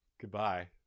goodbye